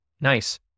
Nice